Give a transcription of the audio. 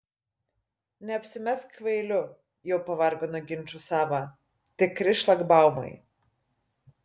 neapsimesk kvailiu jau pavargo nuo ginčų sava tikri šlagbaumai